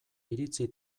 iritzi